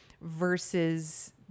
versus